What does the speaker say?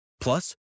Plus